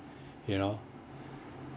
you know